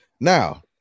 Now